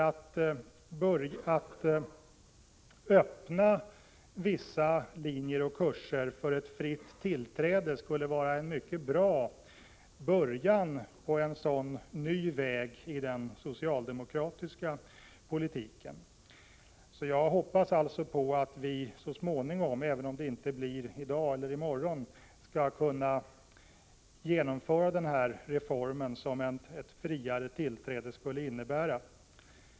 Att öppna vissa linjer och kurser för ett fritt tillträde skulle vara en mycket bra början på en sådan ny väg i den socialdemokratiska politiken. Jag hoppas alltså att vi så småningom, även om det inte blir i dag eller i morgon, i bred politisk enighet skall kunna genomföra den reform som ett friare tillträde skulle innebära.